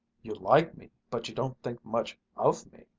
you like me, but you don't think much of me,